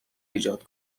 ایجاد